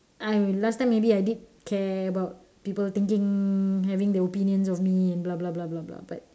I mean last time maybe I did care about people thinking having their opinions of me and blah blah blah blah but